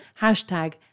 hashtag